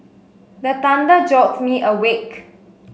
the thunder jolt me awake